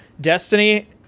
destiny